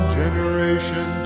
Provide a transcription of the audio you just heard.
generation